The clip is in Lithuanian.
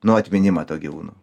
nu atminimą to gyvūno